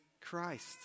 Christ